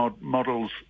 models